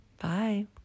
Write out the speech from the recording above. Bye